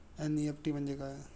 NEFT म्हणजे काय?